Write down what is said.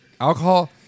alcohol